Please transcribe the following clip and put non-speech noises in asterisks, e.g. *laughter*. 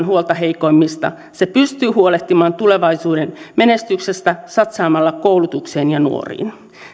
*unintelligible* huolta heikoimmista se pystyy huolehtimaan tulevaisuuden menestyksestä satsaamalla koulutukseen ja nuoriin